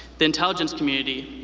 the intelligence community,